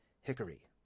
hickory